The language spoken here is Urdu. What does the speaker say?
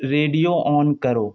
ریڈیو آن کرو